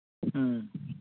ᱦᱮᱸ